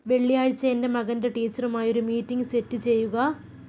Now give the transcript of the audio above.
വെള്ളിയാഴ്ച എന്റെ മകൻ്റെ ടീച്ചറുമായി ഒരു മീറ്റിംഗ് സെറ്റ് ചെയ്യുക